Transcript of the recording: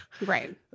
right